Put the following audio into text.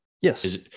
Yes